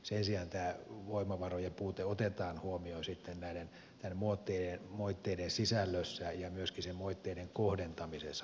sen sijaan tämä voimavarojen puute otetaan huomioon sitten näiden moitteiden sisällössä ja myöskin moitteiden kohdentamisessa